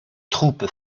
troupes